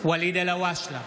ואליד אלהואשלה,